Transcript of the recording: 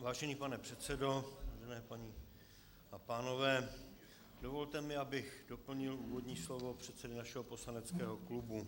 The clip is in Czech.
Vážený pane předsedo, milé paní a pánové, dovolte mi, abych doplnil úvodní slovo předsedy našeho poslaneckého klubu.